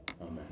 Amen